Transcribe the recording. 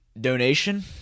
donation